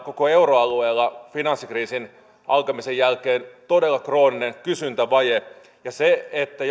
koko euroalueella finanssikriisin alkamisen jälkeen todella krooninen kysyntävaje ja se että